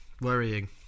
worrying